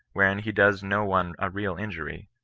wherein he does no one a real injuiy,